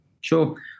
Sure